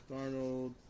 Darnold